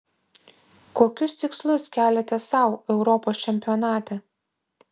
kokius tikslus keliate sau europos čempionate